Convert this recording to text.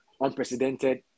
unprecedented